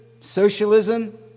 socialism